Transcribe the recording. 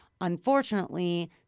Unfortunately